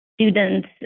students